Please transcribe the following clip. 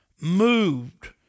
moved